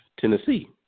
Tennessee